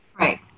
right